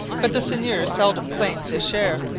but the seigneur seldom claimed this share,